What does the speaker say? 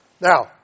Now